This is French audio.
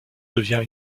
devient